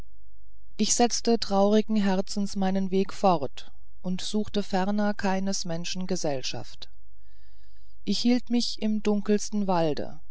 ich setzte traurigen herzens meinen weg fort und suchte ferner keines menschen gesellschaft ich hielt mich im dunkelsten walde